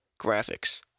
graphics